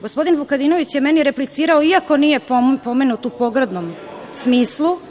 Gospodin Vukadinović je meni replicirao iako nije pomenut u pogrdnom smislu.